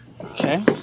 Okay